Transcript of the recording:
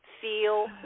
feel